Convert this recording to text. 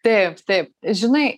taip taip žinai